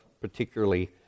particularly